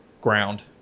ground